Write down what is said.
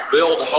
Build